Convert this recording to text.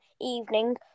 evening